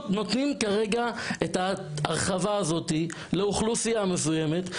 כרגע ההרחבה הזאת היא לאוכלוסייה מסוימת,